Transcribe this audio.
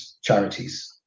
charities